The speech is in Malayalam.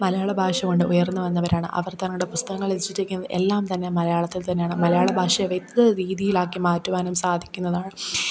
മലയാളഭാഷ കൊണ്ട് ഉയർന്ന് വന്നവരാണ് അവർ തങ്ങളുടെ പുസ്തകങ്ങൾ രചിച്ചിരിക്കുന്നത് എല്ലാം തന്നെ മലയാളത്തിൽ തന്നെയാണ് മലയാളഭാഷായെ വ്യക്ത രീതിയിലാക്കി മാറ്റുവാനും സാധിക്കുന്നതാണ്